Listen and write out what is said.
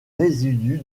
résidu